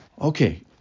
Okay